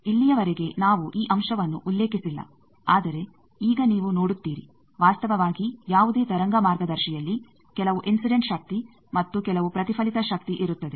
ಇಲ್ಲಿಯವರೆಗೆ ನಾವು ಈ ಅಂಶವನ್ನು ಉಲ್ಲೇಖಿಸಿಲ್ಲ ಆದರೆ ಈಗ ನೀವು ನೋಡುತ್ತೀರಿ ವಾಸ್ತವವಾಗಿ ಯಾವುದೇ ತರಂಗ ಮಾರ್ಗದರ್ಶಿಯಲ್ಲಿ ಕೆಲವು ಇನ್ಸಿಡೆಂಟ್ ಶಕ್ತಿ ಮತ್ತು ಕೆಲವು ಪ್ರತಿಫಲಿತ ಶಕ್ತಿ ಇರುತ್ತದೆ